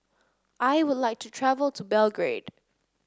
I would like to travel to Belgrade